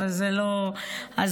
אבל זה לא הזמן.